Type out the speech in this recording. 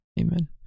amen